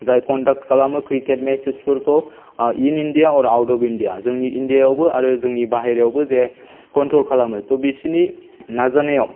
जाय कण्डाक्ट खालामो क्रिकेट मेट्चेसफोरखौ in India or out of India जोंनि इण्डियाआवबो आरो जोंनि बाहेरायावबो जे कण्ट्र'ल खालामो त' बिसोरनि नाजानायाव